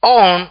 on